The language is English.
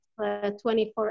24